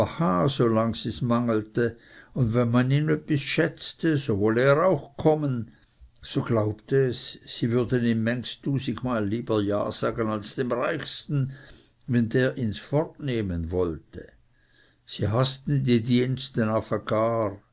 und wenn man ihn öppis schätzte so wolle er auch kommen so glaubte es sie würden ihm mängs tusigmal lieber ja sagen als dem reichsten wenn der ihns fortnehmen wollte sie haßten die